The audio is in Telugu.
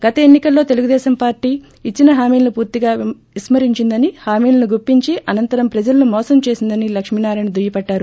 గత ఎన్ని కల్లో తెలుగుదేశం పార్టీ ఇచ్చిన హామీలను పూర్తిగా విస్మరించిందని హామీలను గుప్పించి అనంతరం ప్రజలను మోసం చేసిందని లక్ట్మీ నారాయణ దుయ్యబట్టారు